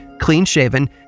clean-shaven